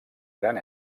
gran